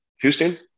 Houston